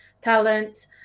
talents